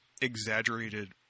exaggerated